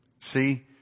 See